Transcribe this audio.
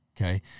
Okay